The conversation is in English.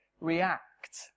react